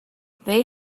they